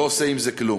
לא עושה עם זה כלום.